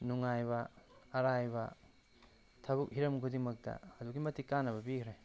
ꯅꯨꯉꯥꯏꯕ ꯑꯔꯥꯏꯕ ꯊꯕꯛ ꯍꯤꯔꯝ ꯈꯨꯗꯤꯡꯃꯛꯇ ꯑꯗꯨꯛꯀꯤ ꯃꯇꯤꯛ ꯀꯥꯟꯅꯕ ꯄꯤꯈ꯭ꯔꯦ